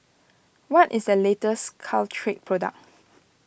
what is the latest Caltrate product